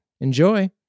Enjoy